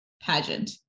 Pageant